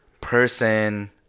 person